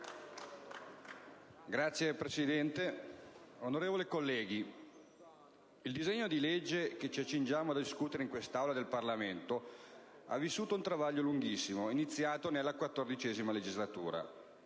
Signor Presidente, onorevoli colleghi, il disegno di legge che ci accingiamo a discutere in quest'Aula del Parlamento ha vissuto un travaglio lunghissimo, iniziato nella XIV Legislatura.